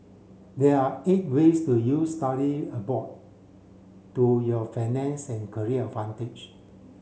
there are eight ways to use study abroad to your financial and career advantage